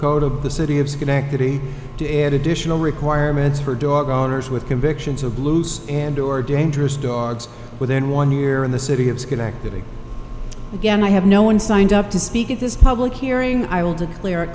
of the city of schenectady to add additional requirements for dog owners with convictions of blues and or dangerous dogs within one year in the city of schenectady again i have no one signed up to speak at this public hearing i will declar